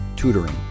Tutoring